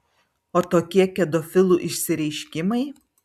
o tokie kedofilų išsireiškimai